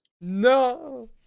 No